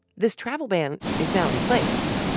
this travel ban is now in place.